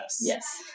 Yes